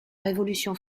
révolution